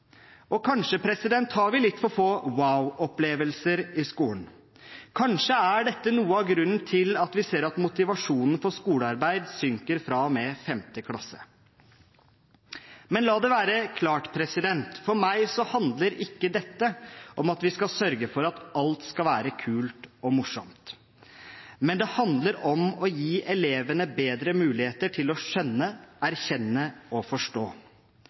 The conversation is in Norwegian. og kanskje har vi litt for få «wow»-opplevelser i skolen. Kanskje er dette noe av grunnen til at vi ser at motivasjonen for skolearbeid synker fra og med 5. klasse. La det være klart: For meg handler ikke dette om at vi skal sørge for at alt skal være kult og morsomt. Men det handler om å gi elevene bedre muligheter til å skjønne, erkjenne og forstå.